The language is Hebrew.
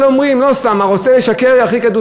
לא סתם חז"ל